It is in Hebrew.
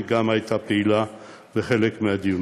היא גם הייתה פעילה בחלק מהדיונים.